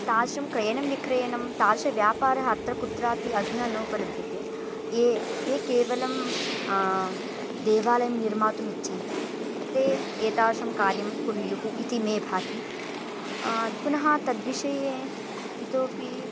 तादृशं क्रयणं विक्रयणं तादृशः व्यापारः अत्र कुत्रापि अधुना नोपलभ्यते ये ये केवलं देवालयं निर्मातुम् इच्छन्ति ते एतेषां कार्यं कुर्युः इति मे भाति पुनः तद्विषये इतोऽपि